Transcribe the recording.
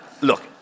Look